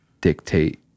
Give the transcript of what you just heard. dictate